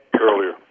earlier